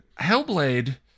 hellblade